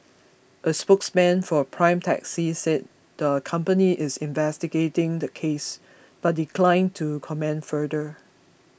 a spokesman for Prime Taxi said the company is investigating the case but declined to comment further